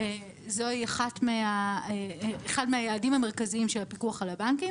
זה אחד מהיעדים המרכזים של הפיקוח על הבנקים.